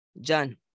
John